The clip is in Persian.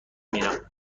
میرم